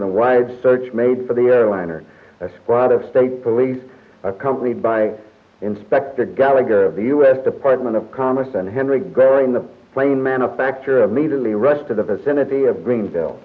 in a wide search made for the airliner a squad of state police accompanied by inspector gallagher of the u s department of commerce and henry glaring the plane manufacturer immediately rushed to the vicinity of greenville